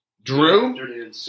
Drew